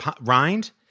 rind